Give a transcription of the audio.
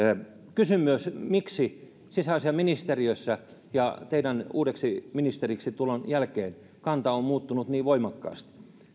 kysyn myös miksi sisäasiainministeriössä teidän uudeksi ministeriksi tulonne jälkeen kanta on muuttunut niin voimakkaasti